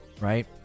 right